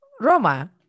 Roma